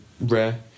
rare